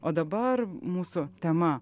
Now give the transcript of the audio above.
o dabar mūsų tema